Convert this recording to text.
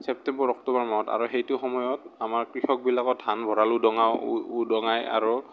September October মাহত আৰু সেইটো সময়ত আমাৰ কৃষকবিলাকৰ ধান ভৰাঁ ল উদঙাই আৰু